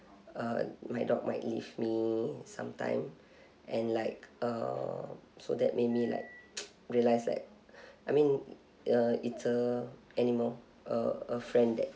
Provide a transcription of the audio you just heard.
uh my dog might leave me some time and like uh so that made me like realize like I mean uh it's a animal uh a friend that